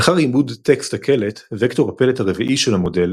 לאחר עיבוד טקסט הקלט, וקטור הפלט הרביעי של המודל